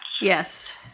yes